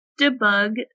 debug